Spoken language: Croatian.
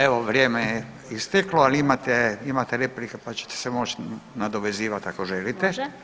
Evo vrijeme je isteklo, ali imate replike pa ćete se moći nadovezivati ako [[Upadica: Može.]] želite.